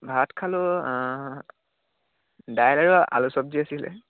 ভাত খালোঁ দাইল আৰু আলু চব্জি আছিলে